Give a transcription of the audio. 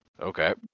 Okay